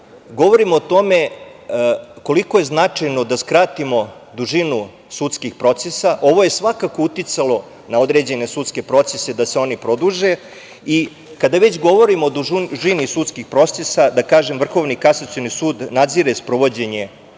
govorimo o tome koliko je značajno da skratimo dužinu sudskih procesa. Ovo je svakako uticalo na određene sudske procese da se oni produže. Kada već govorimo o dužini sudskih procesa, Vrhovni kasacioni sud nadzire sprovođenje